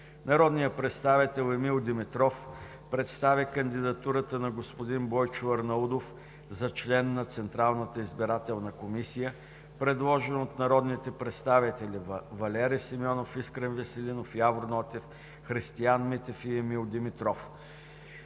Народният представител Емил Димитров представи кандидатурата на господин Бойчо Арнаудов за член на Централната избирателна комисия, предложен от народните представители Валери Симеонов, Искрен Веселинов, Явор Нотев, Христиан Митев и Емил Димитров.